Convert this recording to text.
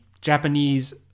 Japanese